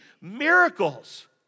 miracles